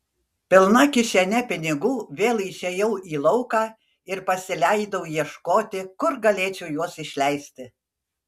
pilna kišene pinigų vėl išėjau į lauką ir pasileidau ieškoti kur galėčiau juos išleisti